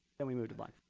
then we moved like